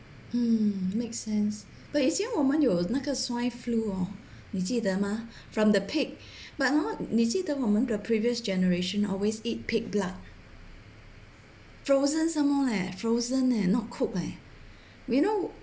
mm makes sense but 以前我们有那个 swine flu hor 你记得吗 from the pig but not 你记得我们的 previous generation always eat pig blood frozen some more leh frozen leh not cooked leh you know